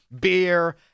Beer